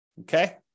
Okay